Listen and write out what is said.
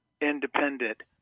independent